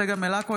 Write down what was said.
צגה מלקו,